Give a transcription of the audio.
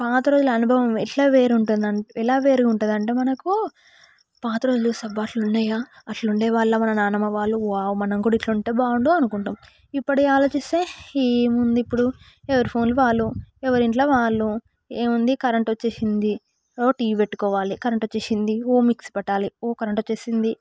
పాత రోజులలో అనుభవం ఎట్లా వేరు ఉంటుంది అంటే ఎలా వేరు ఉంటుంది అంటే మనకు పాత రోజులు చూస్తే అబ్బా అట్ల ఉన్నాయా అట్లుండే వాళ్ళా మన నాన్నమ్మ వాళ్ళు వావ్ మనం కూడా ఇట్లుంటే బాగుండు అనుకుంటాం ఇప్పుడు ఆలోచిస్తే ఏముంది ఇప్పుడు ఎవరి ఫోన్ లు వాళ్ళు ఎవరి ఇంట్లో వాళ్ళు ఏముంది కరెంట్ వచ్చింది కాబట్టి టీవీ పెట్టుకోవాలి కరెంట్ వచ్చింది ఓ మిక్సీ పట్టాలి ఓ కరెంట్ వచ్చింది